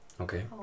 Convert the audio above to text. Okay